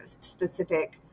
specific